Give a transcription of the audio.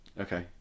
Okay